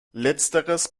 letzteres